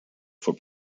for